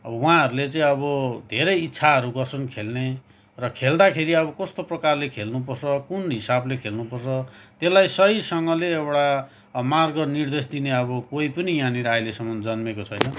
अब उहाँहरूले चाहिँ अब धेरै इच्छाहरू गर्छन् खेल्ने र खेल्दाखेरि अब कस्तो प्रकारले खेल्नुपर्छ कुन हिसाबले खेल्नुपर्छ त्यसलाई सहीसँगले एउटा मार्गनिर्देश दिने अब कोही पनि यहाँनिर अहिलेसम्म जन्मेको छैन